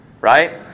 Right